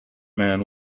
man